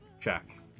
check